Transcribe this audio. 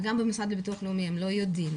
וגם במוסד לביטוח לאומי הם לא יודעים.